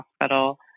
hospital